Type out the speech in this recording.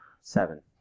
Seven